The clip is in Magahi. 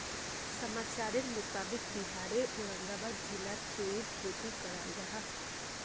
समाचारेर मुताबिक़ बिहारेर औरंगाबाद जिलात चेर्रीर खेती कराल जाहा